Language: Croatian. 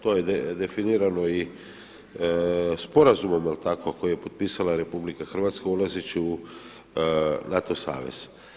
To je definirano i sporazumom koji je potpisala RH ulazeći u NATO savez.